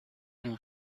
این